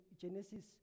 Genesis